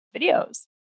videos